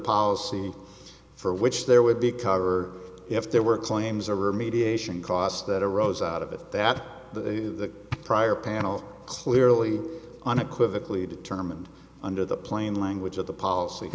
policy for which there would be cover if there were claims or remediation costs that arose out of it that the prior panel clearly unequivocally determined under the plain language of the policy